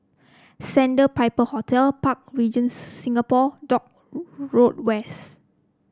Sandpiper Hotel Park Regis Singapore Dock Road West